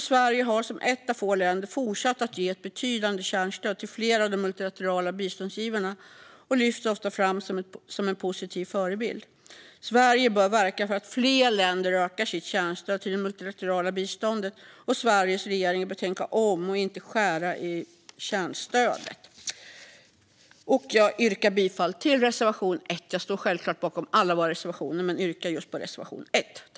Sverige har som ett av få länder fortsatt att ge ett betydande kärnstöd till flera av de multilaterala biståndsgivarna och lyfts ofta fram som en positiv förebild. Sverige bör verka för att fler länder ökar sitt kärnstöd till det multilaterala biståndet. Sveriges regering bör snarast tänka om och inte skära i kärnstödet. Jag står självklart bakom alla våra reservationer, men jag yrkar bifall endast till reservation 1.